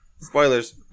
Spoilers